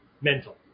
mental